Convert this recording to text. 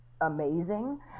amazing